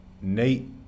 Nate